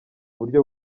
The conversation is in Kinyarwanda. buryo